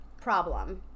problem